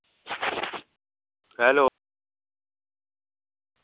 hello